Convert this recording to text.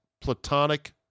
platonic